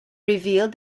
revealed